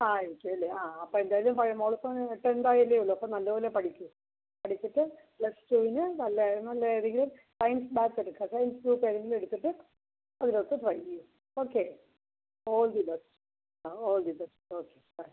ആ എനിക്ക് ഇല്ലേ ആ അപ്പോൾ എന്തായാലും അതിന് മോൾ ഇപ്പോൾ ടെൻതായല്ലേ ഉള്ളൂ അപ്പോൾ നല്ല പോലെ പഠിക്ക് പഠിച്ചിട്ട് പ്ലസ് ടുവിന് നല്ല നല്ല ഏതെങ്കിലും സയൻസ് ബാച്ചെടുക്കാം സയൻസ് തെരഞ്ഞെടുത്തിട്ട് അതിലോട്ട് പഠിക്ക് ഓക്കെ ഓൾ ദി ബെസ്റ്റ് ആ all the best okay by